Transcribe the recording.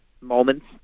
moments